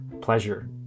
pleasure